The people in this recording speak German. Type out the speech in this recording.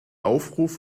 aufruf